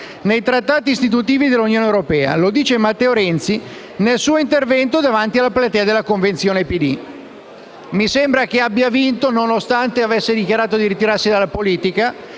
nei trattati istitutivi dell'Unione europea». L'ha detto Matteo Renzi nel suo intervento davanti alla platea della convenzione nazionale del PD. Mi sembra che abbia vinto, nonostante avesse dichiarato di volersi ritirare dalla politica,